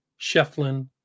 shefflin